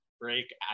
break